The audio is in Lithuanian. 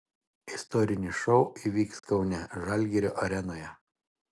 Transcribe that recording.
istorinis šou įvyks kaune žalgirio arenoje